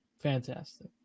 Fantastic